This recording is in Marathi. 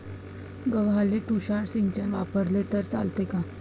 गव्हाले तुषार सिंचन वापरले तर चालते का?